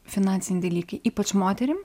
finansiniai dalykai ypač moterim